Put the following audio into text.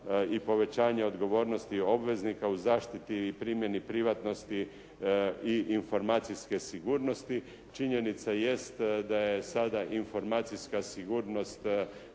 i povećanje odgovornosti obveznika u zaštiti i primjeni privatnosti i informacijske sigurnosti. Činjenica jest da je sada informacijska sigurnost